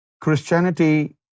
Christianity